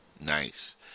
nice